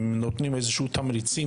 אם נותנים יותר איזשהם תמריצים.